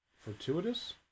fortuitous